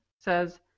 says